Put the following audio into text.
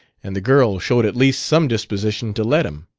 and the girl showed at least some disposition to let him.